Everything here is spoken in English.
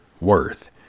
worth